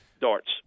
darts